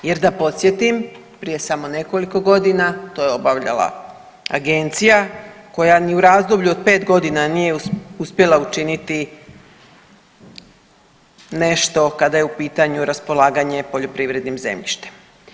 Jer da podsjetim prije samo nekoliko godina to je obavljala agencija koja ni u razdoblju od pet godina nije uspjela učiniti nešto kada je u pitanju raspolaganje poljoprivrednim zemljištem.